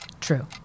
True